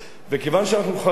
וכיוון שאנחנו חרדים,